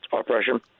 oppression